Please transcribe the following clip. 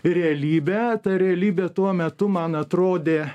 realybe ta realybė tuo metu man atrodė